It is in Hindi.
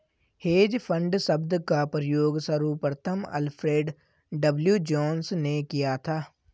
हेज फंड शब्द का प्रयोग सर्वप्रथम अल्फ्रेड डब्ल्यू जोंस ने किया था